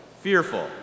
fearful